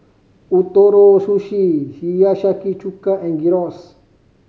Ootoro Sushi Hiyashi Chuka and Gyros